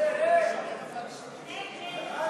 לא נתקבלה.